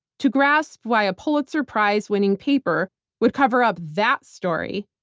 to grasp why a pulitzer prize-winning paper would cover up that story,